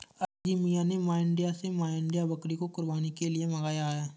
अजीम मियां ने मांड्या से मांड्या बकरी को कुर्बानी के लिए मंगाया है